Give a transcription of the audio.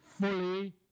fully